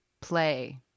play